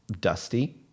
dusty